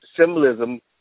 symbolism